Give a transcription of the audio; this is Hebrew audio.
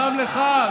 גם לך,